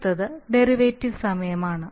അടുത്തത് ഡെറിവേറ്റീവ് സമയമാണ്